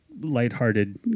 lighthearted